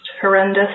horrendous